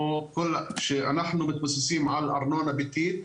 שאנחנו מבוססים על ארנונה ביתית.